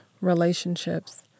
relationships